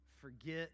forget